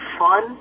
fun